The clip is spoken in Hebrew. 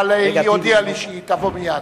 אבל היא הודיעה לי שהיא תבוא מייד.